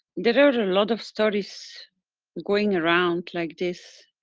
there are a lot of studies going around like this.